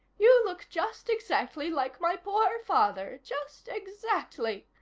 you look just exactly like my poor father. just exactly.